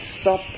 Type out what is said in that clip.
stop